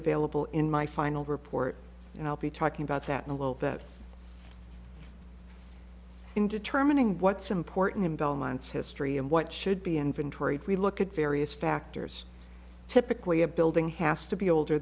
available in my final report and i'll be talking about that in a little in determining what's important in belmont's history and what should be inventoried we look at various factors typically a building has to be older